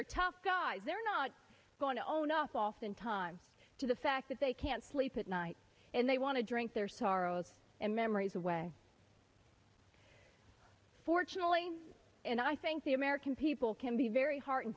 tough guys they're not going to own up oftentimes to the fact that they can't sleep at night and they want to drink their sorrows and memories away fortunately and i think the american people can be very hear